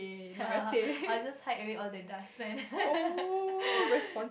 I will just hide away all the dustpan then